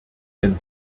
denn